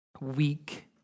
weak